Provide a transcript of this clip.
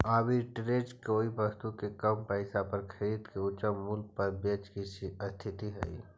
arbitrage कोई वस्तु के कम पईसा पर खरीद के उच्च मूल्य पर बेचे के स्थिति हई